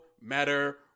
matter